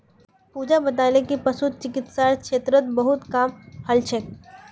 पूजा बताले कि पशु चिकित्सार क्षेत्रत बहुत काम हल छेक